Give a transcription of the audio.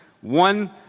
one